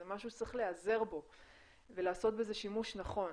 זה משהו שצריך להיעזר בו ולעשות בזה שימוש נכון.